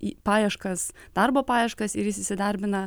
į paieškas darbo paieškas ir jis įsidarbina